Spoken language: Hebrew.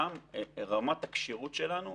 שם רמת הכשירות שלנו,